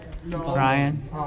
Ryan